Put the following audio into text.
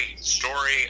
story